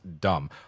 dumb